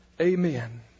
Amen